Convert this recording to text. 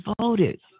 voted